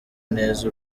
neza